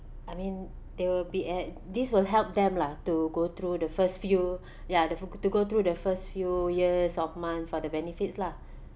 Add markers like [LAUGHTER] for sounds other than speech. I mean there will be at this will help them lah to go through the first few [BREATH] ya diffi~ to go through the first few years of month for the benefits lah